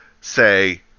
say